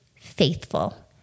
faithful